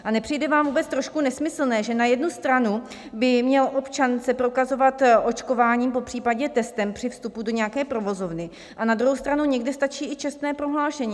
A nepřijde vám vůbec trošku nesmyslné, že na jednu stranu by se měl občan prokazovat očkováním, popřípadě testem, při vstupu do nějaké provozovny, a na druhou stranu někde stačí i čestné prohlášení?